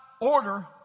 order